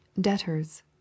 debtors